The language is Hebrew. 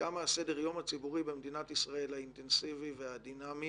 כמה סדר-היום הציבורי במדינת ישראל האינטנסיבי והדינמי